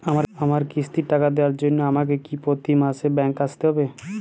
আমার কিস্তির টাকা দেওয়ার জন্য আমাকে কি প্রতি মাসে ব্যাংক আসতে হব?